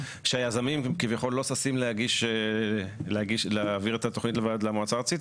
שהיזמים כביכול לא ששים להעביר את התוכנית למועצה הארצית.